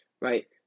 right